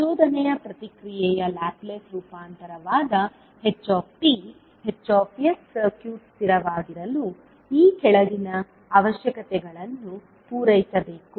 ಪ್ರಚೋದನೆಯ ಪ್ರತಿಕ್ರಿಯೆಯ ಲ್ಯಾಪ್ಲೇಸ್ ರೂಪಾಂತರವಾದ ht Hs ಸರ್ಕ್ಯೂಟ್ ಸ್ಥಿರವಾಗಿರಲು ಈ ಕೆಳಗಿನ ಅವಶ್ಯಕತೆಗಳನ್ನು ಪೂರೈಸಬೇಕು